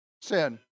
Sin